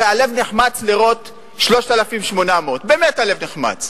הרי הלב נחמץ לראות 3,800 ש"ח, באמת הלב נחמץ,